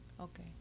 Okay